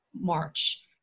March